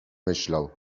myślał